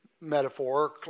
metaphor